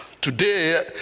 today